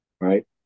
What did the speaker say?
right